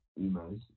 emos